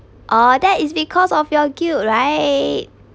oh that is because of your guilt right